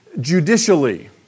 judicially